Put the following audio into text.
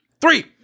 Three